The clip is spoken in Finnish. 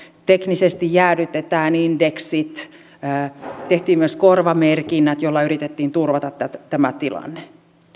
teknisesti jäädytetään indeksit ja tehtiin myös korvamerkinnät millä yritettiin turvata tämä tilanne